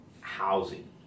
housing